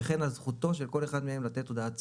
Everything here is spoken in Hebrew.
וכן על זכותו של כל אחד מהם לתת הודעת סירוב.